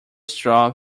straw